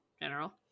general